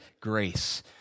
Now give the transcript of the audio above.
grace